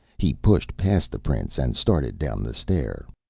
he pushed past the prince and started down the stair.